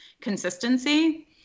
consistency